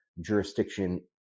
jurisdiction